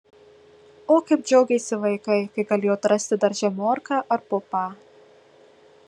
o kaip džiaugėsi vaikai kai galėjo atrasti darže morką ar pupą